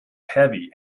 heavy